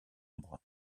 ombre